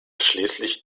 schließlich